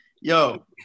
yo